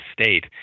state